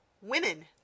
Women